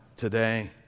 Today